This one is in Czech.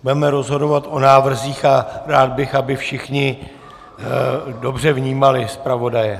Budeme rozhodovat o návrzích a rád bych, aby všichni dobře vnímali zpravodaje.